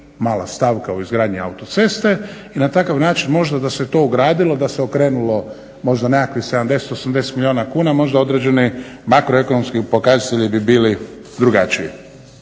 mala stavka u izgradnji autoceste i na takav način možda da se to ugradilo, da se okrenulo možda nekakvih 70, 80 milijuna kuna možda određeni makroekonomski pokazatelji bi bili drugačiji.